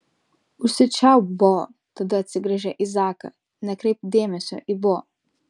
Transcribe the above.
užsičiaupk bo tada atsigręžė į zaką nekreipk dėmesio į bo